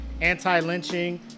anti-lynching